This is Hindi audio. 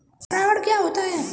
परागण क्या होता है?